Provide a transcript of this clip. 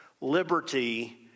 liberty